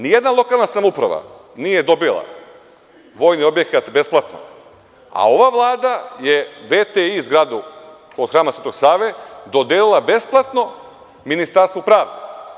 Ni jedna lokalna samouprava nije dobila vojni objekat besplatno, a ova Vlada je VTI zgradu kod hrama Svetog Save dodeli besplatno Ministarstvu pravde.